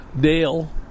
Dale